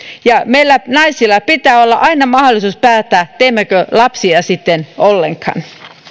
ja meillä naisilla pitää olla aina mahdollisuus päättää teemmekö lapsia sitten ollenkaan